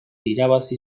irabazi